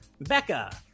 Becca